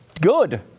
good